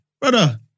Brother